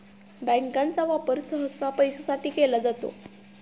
बँकांचा वापर सहसा पैशासाठी केला जातो